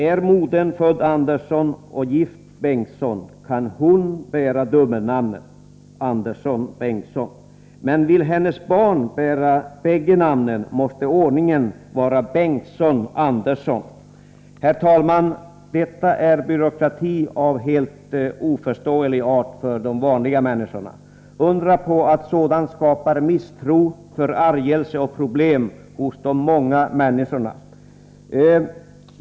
Är modern född Andersson och gift Bengtsson, kan hon bära dubbelnamnet Andersson-Bengtsson, men vill hennes barn bära bägge namnen måste ordningen vara Bengtsson-Andersson. Herr talman! Detta är byråkrati av helt oförståelig art för vanliga människor. Sådant skapar misstro, förargelse och problem hos de många människorna.